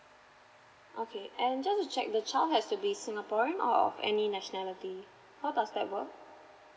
okay and just to check the child has to be singaporean or of any nationality how does that work